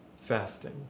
fasting